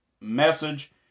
message